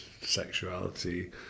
sexuality